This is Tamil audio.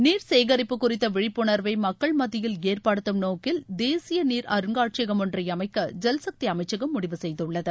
நீர் சேகரிப்பு குறித்த விழிப்புணர்வை மக்கள் மத்தியில் ஏற்படுத்தும் நோக்கில் தேசிய நீர் அருங்காட்சியகம் ஒன்றை அமைக்க ஜல்சக்தி அமைச்சகம் முடிவு செய்துள்ளது